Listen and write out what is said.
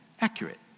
accurate